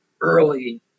early